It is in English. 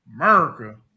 America